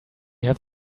have